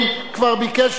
אני שואל.